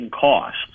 costs